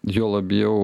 juo labiau